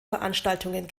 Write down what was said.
veranstaltungen